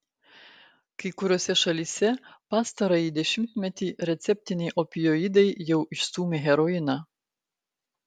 kai kuriose šalyse pastarąjį dešimtmetį receptiniai opioidai jau išstūmė heroiną